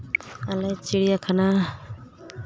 ᱟᱞᱮ ᱪᱤᱲᱭᱟ ᱠᱷᱟᱱᱟ